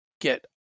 get